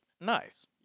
Nice